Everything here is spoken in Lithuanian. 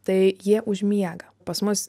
tai jie užmiega pas mus